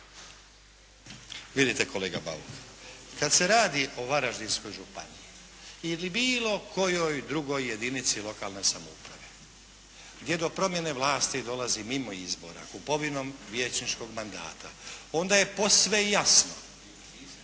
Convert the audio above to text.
Vidite kolega Bauk. Kad se radi o Varaždinskoj županiji ili bilo kojoj drugoj jedinici lokalne samouprave gdje do promjene vlasti dolazi mimo izbora kupovinom vijećničkog mandata, onda je posve jasno